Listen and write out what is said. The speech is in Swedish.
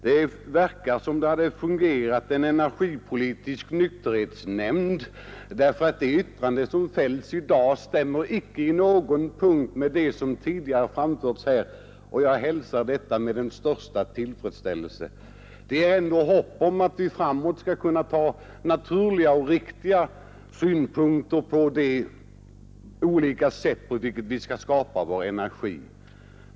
Det tycks som om det hade fungerat en energipolitisk nykterhetsnämnd, eftersom de yttranden som har fällts i dag icke på någon punkt stämmer med dem som tidigare har framförts här, och jag hälsar detta med den största tillfredsställelse. Det är ändå hopp om att vi framöver skall kunna anlägga naturliga och riktiga synpunkter på de olika sätt på vilka vi skall skapa vår elenergi.